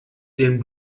den